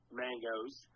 mangoes